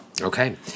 Okay